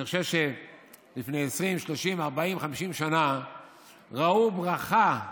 אני חושב שלפני 20, 30, 40, 50 שנה ראו ברכה,